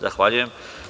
Zahvaljujem.